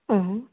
অঁ